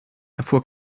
erfuhr